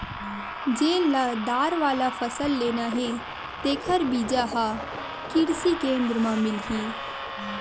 जेन ल दार वाला फसल लेना हे तेखर बीजा ह किरसी केंद्र म मिलही